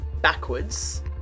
backwards